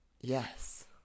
Yes